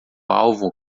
alvo